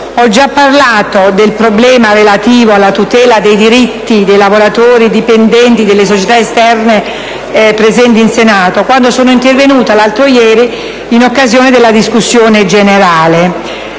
Ho già parlato del problema relativo alla tutela dei diritti dei lavoratori dipendenti delle società esterne presenti in Senato quando sono intervenuta l'altro ieri in sede di discussione generale